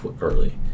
early